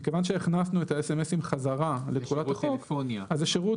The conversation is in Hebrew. מכיוון שהכנסנו את הסמסים חזרה לתחולת החוק אז זה שירות